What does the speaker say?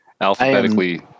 alphabetically